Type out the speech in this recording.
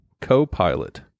co-pilot